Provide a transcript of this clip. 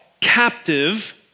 captive